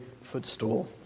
footstool